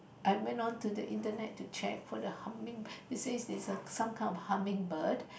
I went on to the internet to check for the humming it says it's a some kind of a hummingbird